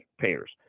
payers